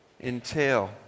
entail